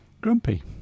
grumpy